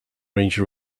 range